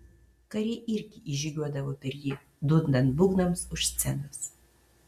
kariai irgi įžygiuodavo per jį dundant būgnams už scenos